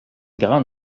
grande